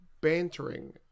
bantering –